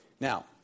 Now